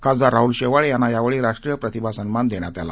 खासदार राहुल शेवाळे यांना यावेळी राष्ट्रीय प्रतिभा सन्मान देण्यात आला